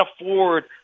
afford